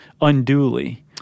unduly